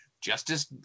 Justice